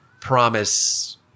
promise